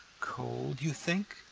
cold, you think?